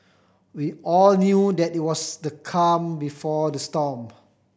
we all knew that it was the calm before the storm